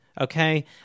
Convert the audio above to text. Okay